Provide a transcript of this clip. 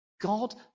God